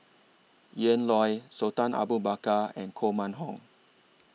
Ian Loy Sultan Abu Bakar and Koh Mun Hong